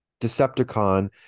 Decepticon